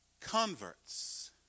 converts